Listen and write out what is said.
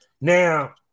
now